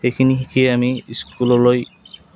সেইখিনি শিকি আমি স্কুললৈ